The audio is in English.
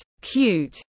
cute